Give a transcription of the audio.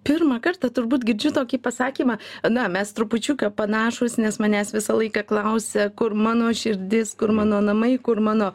pirmą kartą turbūt girdžiu tokį pasakymą na mes trupučiuką panašūs nes manęs visą laiką klausia kur mano širdis kur mano namai kur mano